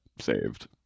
saved